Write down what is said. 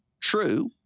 true